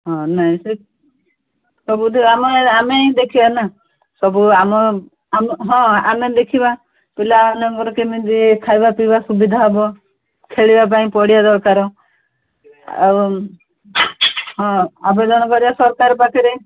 ହଁ ନାଇଁ ସେ ସବୁ ଆମେ ଆମେ ହିଁ ଦେଖିବା ନା ସବୁ ଆମେ ହଁ ଆମେ ଦେଖିବା ପିଲାମାନଙ୍କର କେମିତି ଖାଇବା ପିଇବା ସୁବିଧା ହେବ ଖେଳିବା ପାଇଁ ପଡ଼ିଆ ଦରକାର ଆଉ ହଁ ଆବେଦନ କରିବା ସରକାର ପାଖରେ